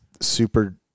super